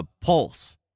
Pulse